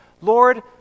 Lord